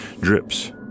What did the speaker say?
drips